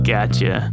Gotcha